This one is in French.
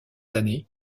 années